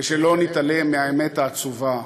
ושלא נתעלם מהאמת העצובה: